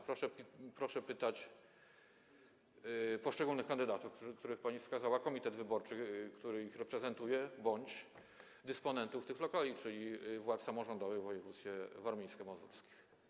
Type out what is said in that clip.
Proszę pytać poszczególnych kandydatów, których pani wskazała, komitet wyborczy, który ich reprezentuje, bądź dysponentów tych lokali, czyli władze samorządowe w województwie warmińsko-mazurskim.